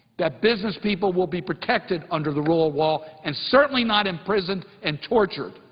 that business people will be protected under the rule of law and certainly not imprisoned and tortured,